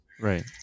Right